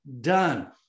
done